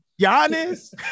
Giannis